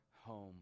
home